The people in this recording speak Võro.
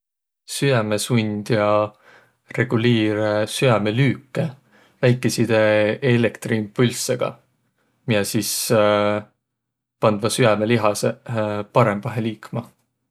Süämesundja reguliir süäme lüüke väikeiside eelektriimpulssõga, miä sis pandvaq süämelihasõq parõmbahe liikma.